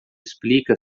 explica